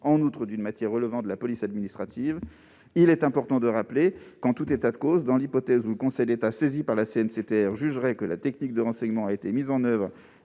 en outre d'une matière relevant de la police administrative. Il importe néanmoins de rappeler que, en tout état de cause, dans l'hypothèse où le Conseil d'État, saisi par la CNCTR, jugerait que la technique de renseignement a été mise en oeuvre